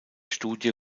studie